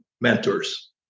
mentors